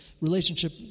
relationship